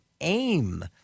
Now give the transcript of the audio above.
aim